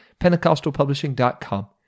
pentecostalpublishing.com